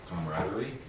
camaraderie